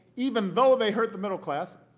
even though they hurt the middle class,